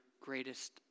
greatest